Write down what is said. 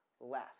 Less